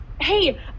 Hey